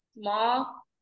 small